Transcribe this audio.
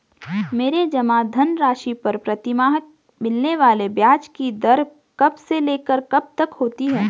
मेरे जमा धन राशि पर प्रतिमाह मिलने वाले ब्याज की दर कब से लेकर कब तक होती है?